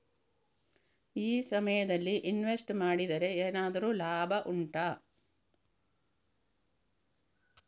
ಈ ಸಮಯದಲ್ಲಿ ಇನ್ವೆಸ್ಟ್ ಮಾಡಿದರೆ ಏನಾದರೂ ಲಾಭ ಉಂಟಾ